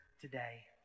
today